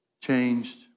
Changed